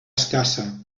escassa